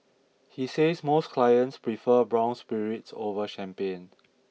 he says most clients prefer brown spirits over champagne